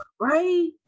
Right